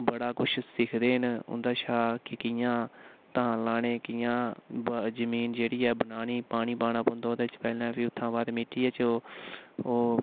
बड़ा कुछ सिखदे न उं'दे शा कि कि'यां धान लाने कि'यां जमीन जेह्ड़ी ऐ बनानी पानी पाना पौंदी ओह्दे च पैह्ले फ्ही उत्थुं बाद मिट्टियै च ओह्